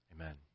Amen